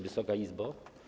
Wysoka Izbo!